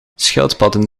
schildpadden